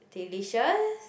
delicious